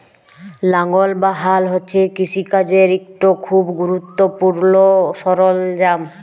লাঙ্গল বা হাল হছে কিষিকাজের ইকট খুব গুরুত্তপুর্ল সরল্জাম